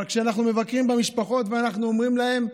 אבל כשאנחנו מבקרים אצל המשפחות ואנחנו אומרים להם,